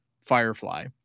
Firefly